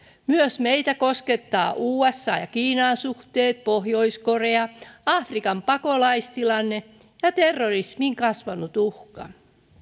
myös meitä koskettavat usan ja kiinan suhteet pohjois korea afrikan pakolaistilanne ja terrorismin kasvanut uhka